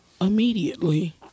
immediately